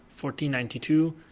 1492